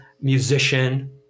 musician